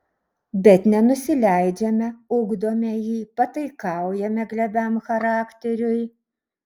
bet nenusileidžiame ugdome jį pataikaujame glebiam charakteriui